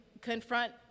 confront